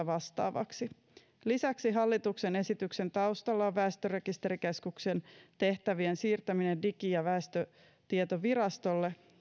vastaavaksi lisäksi hallituksen esityksen taustalla on väestörekisterikeskuksen tehtävien siirtäminen digi ja väestötietovirastolle